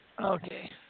Okay